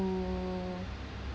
to